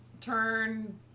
Turn